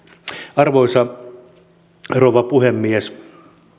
arvoisa rouva puhemies